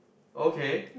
okay